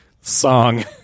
song